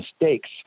mistakes